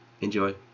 enjoy